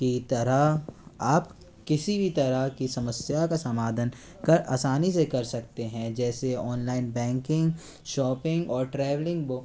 की तरह आप किसी भी तरह कि समस्या का समाधन कर आसानी से कर सकते हैं जैसे ऑनलाइन बैंकिंग शॉपिंग और ट्रेवलिंग